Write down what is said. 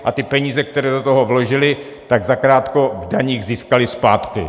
A ty peníze, které do toho vložili, tak zakrátko v daních získali zpátky.